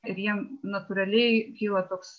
ir jiem natūraliai kyla toks